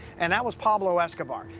and that was pablo escobar.